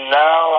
now